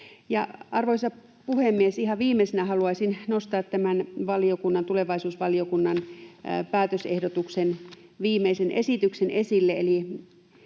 Arvoisa puhemies! Ihan viimeisenä haluaisin nostaa tämän tulevaisuusvaliokunnan päätösehdotuksen viimeisen esityksen esille,